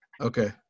Okay